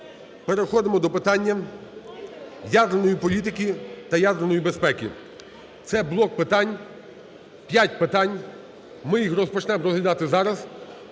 Переходимо до питання ядерної політики та ядерної безпеки. Це блок питань, п'ять питань, ми їх розпочнемо розглядати зараз.